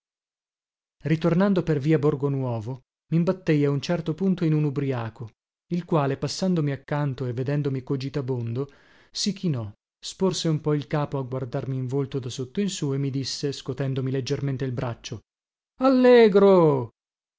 ritornando per via borgo nuovo mimbattei a un certo punto in un ubriaco il quale passandomi accanto e vedendomi cogitabondo si chinò sporse un po il capo a guardarmi in volto da sotto in sù e mi disse scotendomi leggermente il braccio allegro